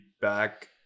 back